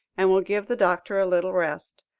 and will give the doctor a little rest.